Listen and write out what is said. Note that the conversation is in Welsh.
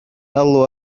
alw